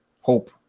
Hope